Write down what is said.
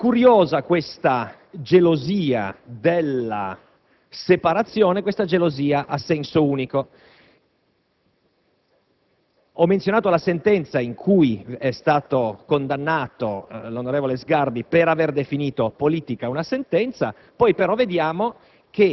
Va ricordato che l'ordine giudiziario non esprime in nessun modo la sovranità popolare, poiché nella magistratura si entra per concorso mentre in Parlamento si entra per elezione, per scelta del popolo, al quale